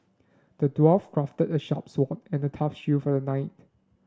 the dwarf crafted a sharp sword and a tough shield for the knight